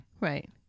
Right